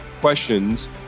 questions